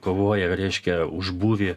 kovoja reiškia už būvį